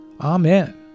Amen